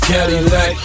Cadillac